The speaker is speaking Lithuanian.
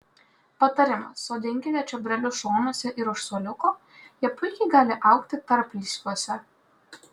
patarimas sodinkite čiobrelius šonuose ir už suoliuko jie puikiai gali augti tarplysviuose